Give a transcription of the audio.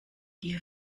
die